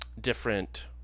different